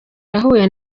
yahuye